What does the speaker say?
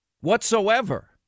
whatsoever